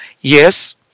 Yes